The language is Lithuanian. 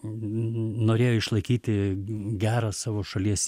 norėjo išlaikyti gerą savo šalies